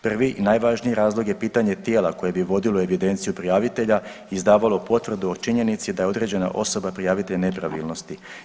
Prvi i najvažniji razlog je pitanje tijela koje bi vodilo evidenciju prijavitelja, izdavalo potvrdu o činjenici da je određena osoba prijavitelj nepravilnosti.